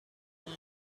knew